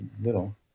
little